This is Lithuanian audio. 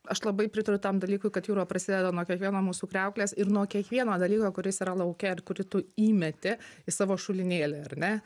aš labai pritariu tam dalykui kad jūra prasideda nuo kiekvieno mūsų kriauklės ir nuo kiekvieno dalyko kuris yra lauke ir kurį tu įmeti į savo šulinėlį ar ne